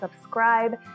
subscribe